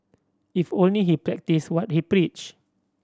if only he practised what he preached